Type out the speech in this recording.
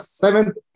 seventh